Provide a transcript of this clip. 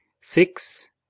Six